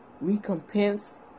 recompense